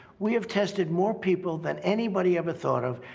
we have tested more people than anybody ever thought of.